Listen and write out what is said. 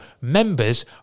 members